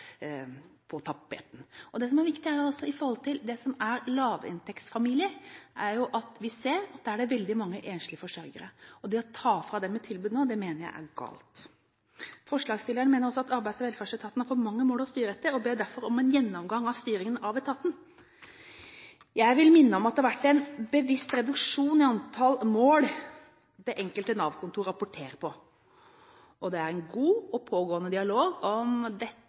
bedre på tapetet. Det som er viktig når det gjelder lavinntektsfamilier, er at det er veldig mange enslige forsørgere. Det å ta fra dem et tilbud nå, mener jeg er galt. Forslagsstillerne mener altså at arbeids- og velferdsetaten har for mange mål å styre etter, og ber derfor om en gjennomgang av styringen av etaten. Jeg vil minne om at det har vært en bevisst reduksjon i antall mål som det enkelte Nav-kontor rapporterer på. Det er en god og pågående dialog mellom departement og direktorat om dette.